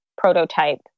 prototype